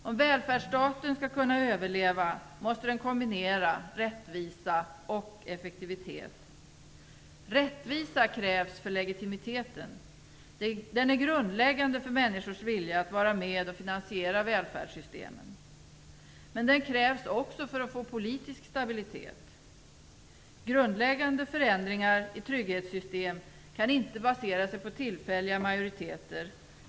Om välfärdsstaten skall kunna överleva måste den kombinera rättvisa och effektivitet. Rättvisa krävs för legitimiteten. Den är grundläggande för människors vilja att vara med och finansiera välfärdssystemen, men den krävs också för att få politisk stabilitet. Grundläggande förändringar i trygghetssystem kan inte baseras på tillfälliga majoriteter.